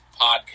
podcast